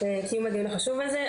על קיום הדיון החשוב הזה.